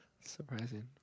Surprising